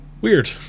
weird